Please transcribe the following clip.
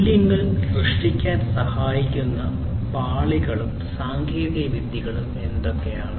മൂല്യങ്ങൾ സൃഷ്ടിക്കാൻ സഹായിക്കുന്ന പാളികളും സാങ്കേതികവിദ്യകളും എന്തൊക്കെയാണ്